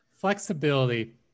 flexibility